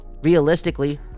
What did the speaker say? Realistically